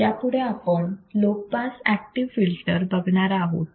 यापुढे आपण low pass active filter बघणार आहोत